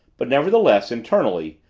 but nevertheless, internally,